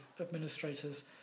administrators